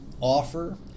offer